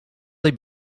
they